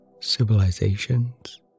civilizations